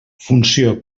funció